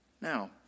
Now